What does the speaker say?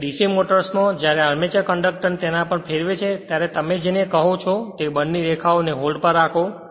તેથી DC મોટરમાં જ્યારે આર્મેચર કંડક્ટરને તેના પર ફેરવે છે ત્યારે તમે જેને કહો છો તે બળની રેખાઓ ને હોલ્ડ પર રાખો